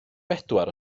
bedwar